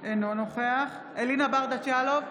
אינו נוכח אלינה ברדץ' יאלוב,